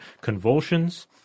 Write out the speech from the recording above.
convulsions